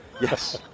Yes